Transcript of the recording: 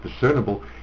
discernible